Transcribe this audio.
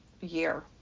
year